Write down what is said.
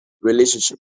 relationship